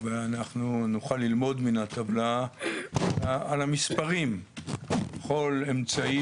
ונוכל ללמוד מן הטבלה על המספרים כל אמצעי